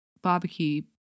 barbecue